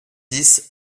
dix